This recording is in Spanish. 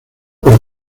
por